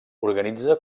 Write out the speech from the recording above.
organitza